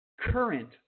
current